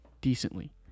decently